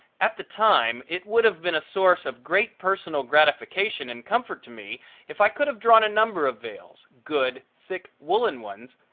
at the time it would have been a source of great personal gratification and comfort to me if i could have drawn a number of veils, good, thick, woolen ones,